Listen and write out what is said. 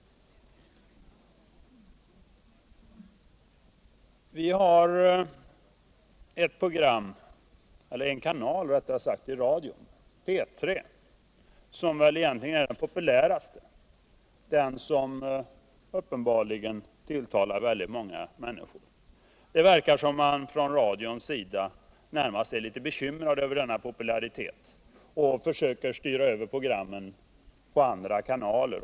Det finns en kanal i radion, P 3, som nog egentligen är den populäraste, den som uppenbarligen tilltalar väldigt många människor. Det verkar som om man från radions sida närmast är litet bekymrad över denna popularitet och försöker styra över vissa program till andra kanaler.